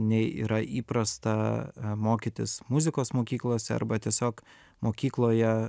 nei yra įprasta mokytis muzikos mokyklose arba tiesiog mokykloje